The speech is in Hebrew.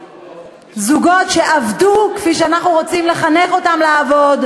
זוגות שעבדו כפי שאנחנו רוצים לחנך אותם לעבוד,